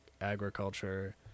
agriculture